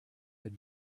had